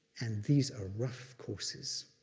and these are rough courses.